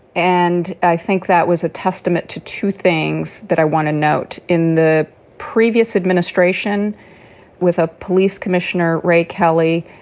and i think that was a testament to two things that i want to note in the previous administration with a police commissioner, ray kelly,